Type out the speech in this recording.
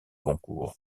goncourt